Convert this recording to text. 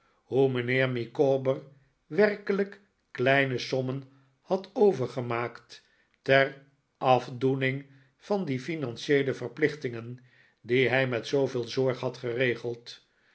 hoe mijnheer micawber werkelijk kleine sommen had overgemaakt ter afdoening van die financieele verplichtingen die hij met zooveel zorg had geregeld